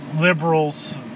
Liberals